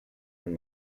and